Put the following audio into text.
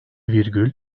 virgül